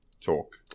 talk